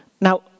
Now